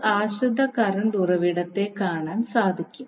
ഒരു ആശ്രിത കറണ്ട് ഉറവിടത്തെ കാണാൻ സാധിക്കും